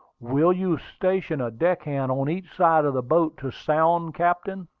will you station a deck-hand on each side of the boat to sound, captain?